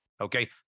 Okay